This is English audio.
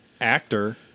actor